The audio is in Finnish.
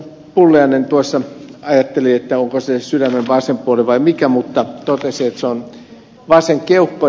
pulliainen tuossa ajatteli onko se sydämen vasen puoli vai mikä mutta totesi että se on vasen keuhko